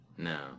No